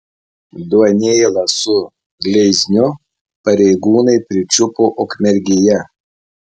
duonėlą su gleizniu pareigūnai pričiupo ukmergėje